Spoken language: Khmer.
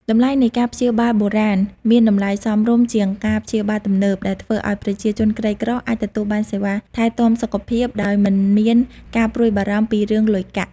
តម្លៃនៃការព្យាបាលបុរាណមានតម្លៃសមរម្យជាងការព្យាបាលទំនើប ដែលធ្វើឱ្យប្រជាជនក្រីក្រអាចទទួលបានសេវាថែទាំសុខភាពដោយមិនមានការព្រួយបារម្ភពីរឿងលុយកាក់។